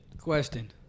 Question